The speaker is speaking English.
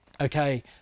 okay